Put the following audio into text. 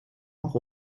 auch